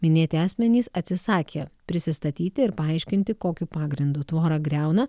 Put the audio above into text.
minėti asmenys atsisakė prisistatyti ir paaiškinti kokiu pagrindu tvorą griauna